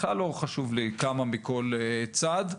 בכלל לא חשוב לי כמה מכל צד.